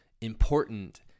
important